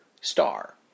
star